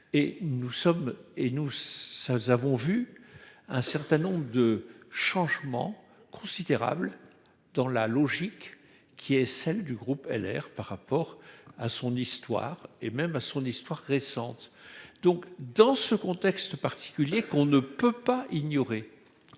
ça nous avons vu un certain nombre de changements considérables dans la logique qui est celle du groupe LR par rapport à son histoire et même à son histoire récente. Donc dans ce contexte particulier qu'on ne peut pas ignorer.